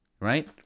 right